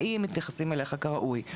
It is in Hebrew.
האם מתייחסים אליך כראוי?